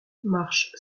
marche